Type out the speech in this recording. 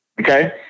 okay